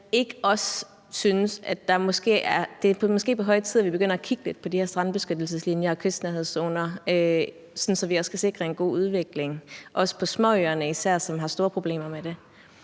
at det måske er på høje tid, at vi begynder at kigge lidt på de her strandbeskyttelseslinjer og kystnærhedszoner, sådan at vi kan sikre en god udvikling, også især på småøerne, som har store problemer med det.